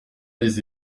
les